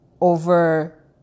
Over